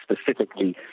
specifically